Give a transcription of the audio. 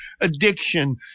addiction